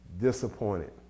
disappointed